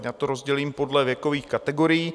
Já to rozdělím podle věkových kategorií.